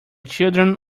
children